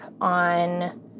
on